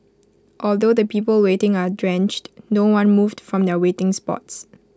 although the people waiting are drenched no one moved from their waiting spots